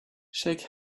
shake